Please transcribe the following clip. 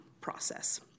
process